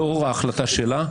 לאור ההחלטה שלה,